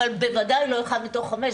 אבל בוודאי לא אחד מתוך חמישה,